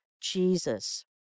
Jesus